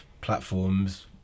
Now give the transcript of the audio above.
platforms